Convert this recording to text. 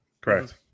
Correct